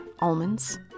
almonds